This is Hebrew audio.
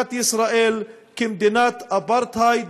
מדינת ישראל כמדינת אפרטהייד,